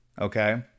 Okay